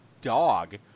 dog